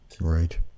Right